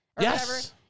Yes